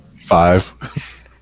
five